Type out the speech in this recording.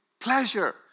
pleasure